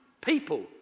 people